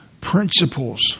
principles